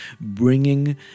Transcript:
bringing